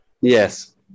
Yes